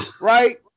Right